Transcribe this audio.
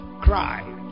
cried